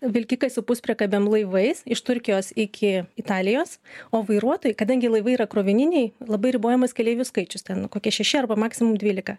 vilkikai su puspriekabėm laivais iš turkijos iki italijos o vairuotojai kadangi laivai yra krovininiai labai ribojamas keleivių skaičius ten kokie šeši arba maksimum dvylika